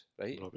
right